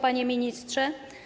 Panie Ministrze!